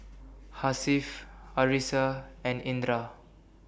Hasif Arissa and Indra